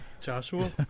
Joshua